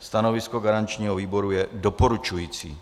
Stanovisko garančního výboru je doporučující.